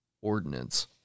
ordinance